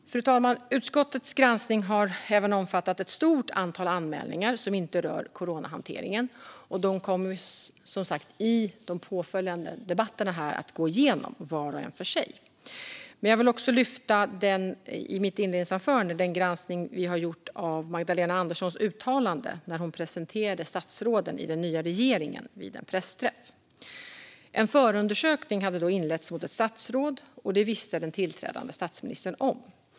Fru talman! Utskottets granskning har även omfattat ett stort antal anmälningar som inte rör coronahanteringen. De kommer som sagt i de påföljande debatterna att gås igenom var och en för sig. Men jag vill i mitt inledningsanförande också lyfta fram den granskning vi har gjort av Magdalena Anderssons uttalande när hon presenterade statsråden i den nya regeringen vid en pressträff. En förundersökning hade då inletts mot ett statsråd, och det visste den tillträdande statsministern om.